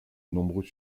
nombreux